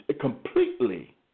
completely